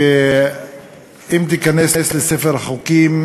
שאם תיכנס לספר החוקים